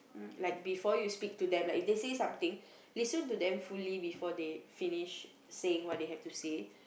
like before you speak to them like if they say something listen to them fully before they finish saying what they have to say